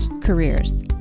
careers